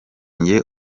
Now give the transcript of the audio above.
njye